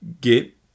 get